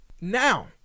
now